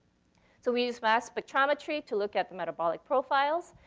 so we used mass spectrometry to look at the metabolic profiles.